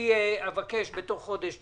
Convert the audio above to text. אבקש בתוך חודש לראות.